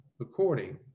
according